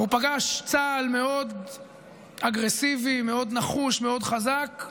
הוא פגש צה"ל מאוד אגרסיבי, מאוד נחוש, מאוד חזק,